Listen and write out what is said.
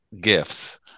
gifts